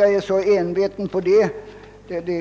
är väl inte så märkvärdigt att jag är envis på den punkten.